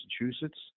Massachusetts